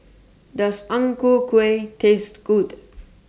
Does Ang Ku Kueh Taste Good